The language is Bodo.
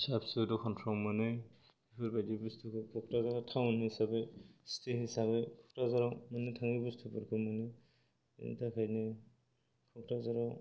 फिसा फिसौ द'खानफ्राव मोनै बेफोरबायदि बुस्थुखौ क'क्राजार टाउन हिसाबै सिटि हिसाबै क'क्राजाराव मोननो थाङो बुस्थुफोरखौ मोनो बेनि थाखायनो क'क्राजाराव